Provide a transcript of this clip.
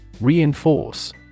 Reinforce